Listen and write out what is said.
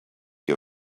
you